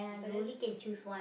but then